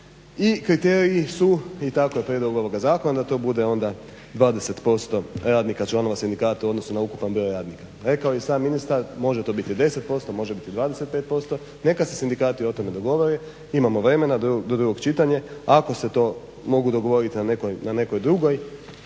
i kriteriji su i tako je prijedlog ovoga zakona da to bude onda 20% radnika članova sindikata u odnosu na ukupan broj radnika. Rekao je i sam ministar može to biti 10%, može biti 25% neka se sindikati o tome dogovore, imamo vremena do drugog čitanja. Ako se to mogu dogovoriti na nekoj drugoj